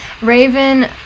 Raven